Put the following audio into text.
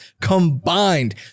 combined